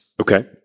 Okay